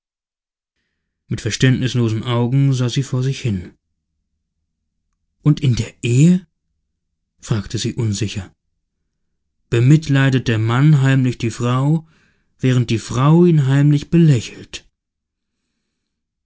mit verständnislosen augen sah sie vor sich hin und in der ehe fragte sie unsicher bemitleidet der mann heimlich die frau während die frau ihn heimlich belächelt